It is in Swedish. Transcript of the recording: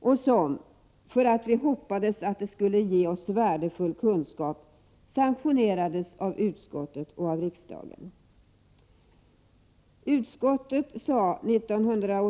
Detta sanktionerades av utskottet och riksdagen, därför att vi hoppades att det skulle ge oss värdefull kunskap.